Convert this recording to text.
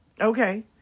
Okay